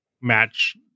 match